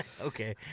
Okay